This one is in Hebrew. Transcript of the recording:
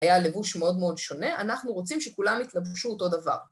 היה לבוש מאוד מאוד שונה, אנחנו רוצים שכולם יתלבשו אותו דבר.